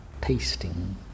tasting